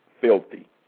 filthy